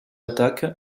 attaque